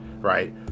right